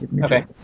Okay